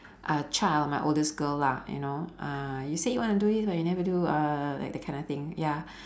uh child my oldest girl lah you know uh you say you want to do this but you never do uh that that kind of thing ya